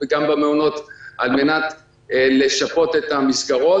על מנת לשפות את המסגרות,